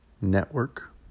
network